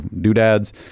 doodads